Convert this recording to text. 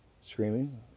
screaming